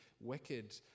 wicked